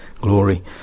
Glory